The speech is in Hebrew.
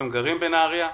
הם גרים בנהריה,